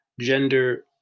gender